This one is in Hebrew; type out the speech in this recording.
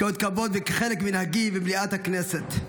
כאות כבוד וכחלק ממנהגי במליאת הכנסת.